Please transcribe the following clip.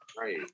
Right